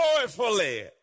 joyfully